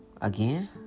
Again